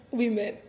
women